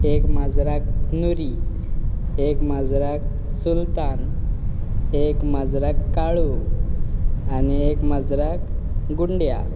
एक माजराक नुरी एक माजराक सिंपान एक माजराक काळू आनी एक माजराक गुंड्या